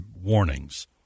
warnings